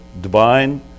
divine